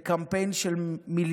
תאבי בצע, בקמפיין של מיליונים,